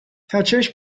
تاچشم